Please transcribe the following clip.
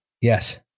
Yes